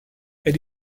elle